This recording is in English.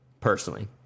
Personally